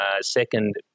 Second